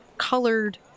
colored